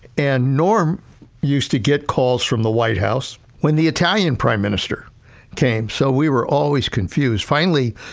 and norm used to get calls from the white house when the italian prime minister came, so we were always confused. finally,